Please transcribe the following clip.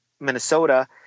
Minnesota